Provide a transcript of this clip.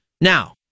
Now